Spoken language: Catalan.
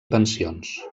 pensions